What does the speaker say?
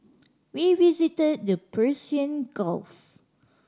we visited the Persian Gulf